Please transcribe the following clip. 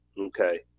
Okay